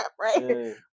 right